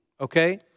okay